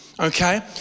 Okay